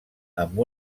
amb